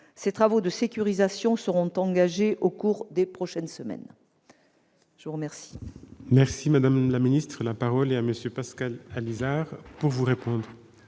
Ces travaux de sécurisation seront engagés au cours des prochaines semaines. La parole